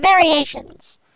variations